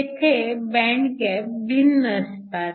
येथे band gap भिन्न असतात